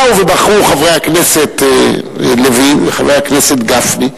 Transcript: באו ובחרו חברי הכנסת לוין וחבר הכנסת גפני,